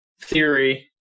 theory